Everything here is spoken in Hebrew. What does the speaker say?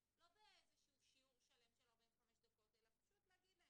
לא באיזשהו שיעור שלם של 45 דקות אלא פשוט להגיד להם,